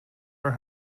are